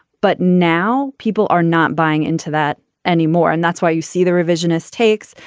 but now people are not buying into that anymore. and that's why you see the revisionist takes.